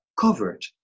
covered